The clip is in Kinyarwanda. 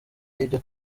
y’ibyo